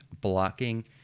blocking